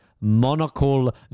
Monocle